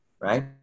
right